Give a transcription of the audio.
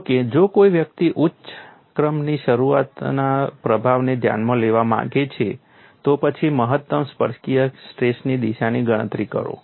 જો કે જો કોઈ વ્યક્તિ ઉચ્ચ ક્રમની શરતોના પ્રભાવને ધ્યાનમાં લેવા માંગે છે તો પછી મહત્તમ સ્પર્શકીય સ્ટ્રેસની દિશાની ગણતરી કરો